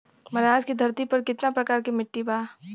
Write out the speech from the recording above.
बनारस की धरती पर कितना प्रकार के मिट्टी बा?